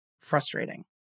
frustrating